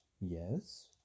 Yes